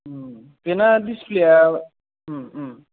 बेना दिजफ्लेया